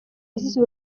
azize